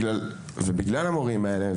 ובגלל המורים האלה,